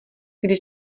kdy